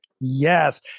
yes